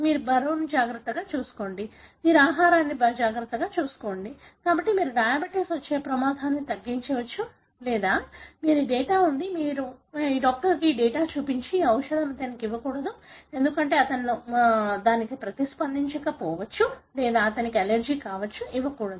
మీరు మీ బరువును జాగ్రత్తగా చూసుకోండి మీ ఆహారాన్ని బాగా చూసుకోండి కాబట్టి మీరు డయాబెటిస్ వచ్చే ప్రమాదాన్ని తగ్గించవచ్చు లేదా మీకు ఈ డేటా ఉంది మీ డాక్టర్ డేటాను చూసి సరే ఈ ఔషధం అతనికి ఇవ్వకూడదు ఎందుకంటే అతను దానికి ప్రతిస్పందించకపోవచ్చు లేదా ఇది అతనికి అలెర్జీ కావచ్చు ఇవ్వకూడదు